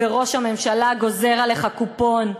וראש הממשלה גוזר עליך קופון.